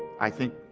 i think